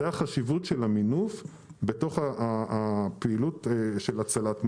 זאת החשיבות של המינוף בפעילות של הצלת מזון,